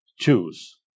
choose